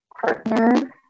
partner